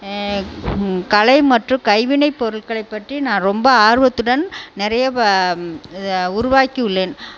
கலை மற்றும் கைவினைப் பொருட்களை பற்றி நான் ரொம்ப ஆர்வத்துடன் நிறைய வ உருவாக்கி உள்ளேன்